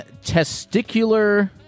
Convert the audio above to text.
testicular